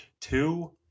two